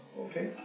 okay